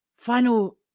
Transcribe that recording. Final